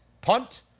punt